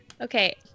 Okay